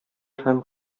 һәм